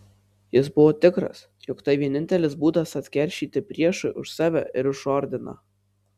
jis buvo tikras jog tai vienintelis būdas atkeršyti priešui už save ir už ordiną